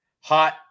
hot